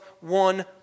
one